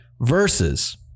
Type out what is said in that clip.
versus